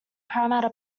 parramatta